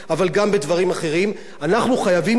אנחנו חייבים כאן תשומה ציבורית,